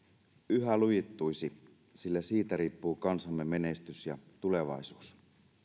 yhä lujittuisi sillä siitä riippuu kansamme menestys ja tulevaisuus